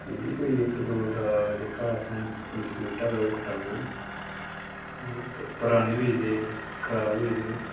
ठीक ऐ कोई इक दो दा जेह्का असें बूहटा असें ओह् कटाना मतलब पराने होई गेदे खराब होई गेदे ओह्